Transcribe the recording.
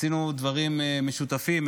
עשינו דברים משותפים.